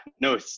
no